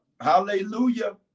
Hallelujah